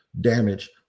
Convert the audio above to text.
damage